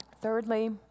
thirdly